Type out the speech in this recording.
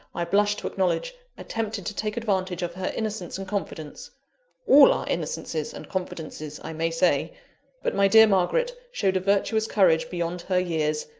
i blush to acknowledge, attempted to take advantage of her innocence and confidence all our innocences and confidences, i may say but my dear margaret showed a virtuous courage beyond her years,